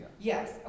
Yes